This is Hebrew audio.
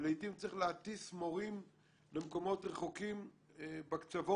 ולעתים צריך להטיס מורים למקומות רחוקים בקצוות